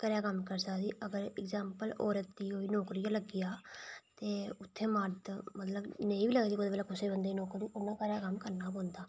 घरै दा कम्म करी सकदी एगजैम्पल ऐ कि औरत गी कोई नौकरी गै लग्गी जा ते उत्थै मर्द नेईं बी लगदी कुसै बंदे दी ते उन्नै घरै दा कम्म करना ई पौंदा ऐ